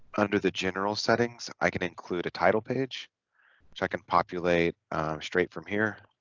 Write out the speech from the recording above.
under the general settings i can include a title page which i can populate straight from here